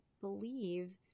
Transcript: believe